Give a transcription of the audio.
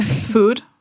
food